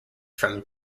from